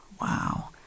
Wow